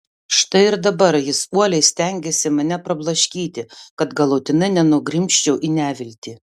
štai ir dabar jis uoliai stengiasi mane prablaškyti kad galutinai nenugrimzčiau į neviltį